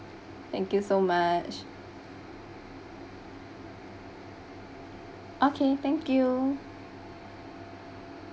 thank you so much okay thank you